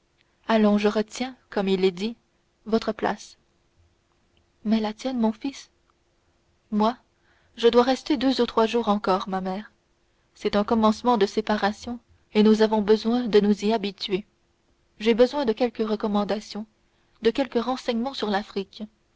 allons je retiens comme il est dit votre place mais la tienne mon fils moi je dois rester deux ou trois jours encore ma mère c'est un commencement de séparation et nous avons besoin de nous y habituer j'ai besoin de quelques recommandations de quelques renseignements sur l'afrique